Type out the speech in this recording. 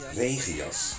regenjas